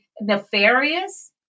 nefarious